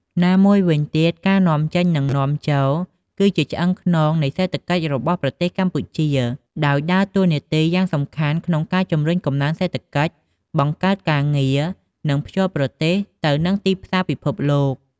ណាមួយវិញទៀតការនាំចេញ និងនាំចូលគឺជាឆ្អឹងខ្នងនៃសេដ្ឋកិច្ចរបស់ប្រទេសកម្ពុជា ដោយដើរតួនាទីយ៉ាងសំខាន់ក្នុងការជំរុញកំណើនសេដ្ឋកិច្ច បង្កើតការងារ និងភ្ជាប់ប្រទេសទៅនឹងទីផ្សារពិភពលោក។